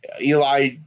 Eli